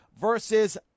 versus